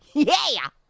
yeah.